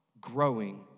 growing